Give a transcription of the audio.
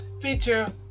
feature